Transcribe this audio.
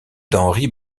d’henri